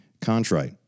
Contrite